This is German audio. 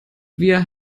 wir